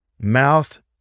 mouth